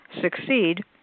succeed